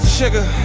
sugar